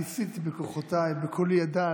ניסיתי בכוחותיי, בקולי הדל,